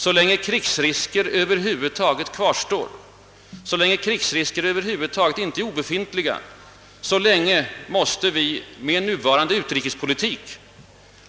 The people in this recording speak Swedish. Så länge krigsriskerna över huvud taget kvarstår eller inte är helt obefintliga, så länge måste vi med nuvarande utrikespolitik